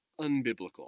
unbiblical